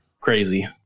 crazy